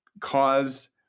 cause